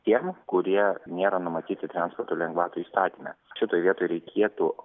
tiem kurie nėra numatyti transporto lengvatų įstatyme šitoj vietoj reikėtų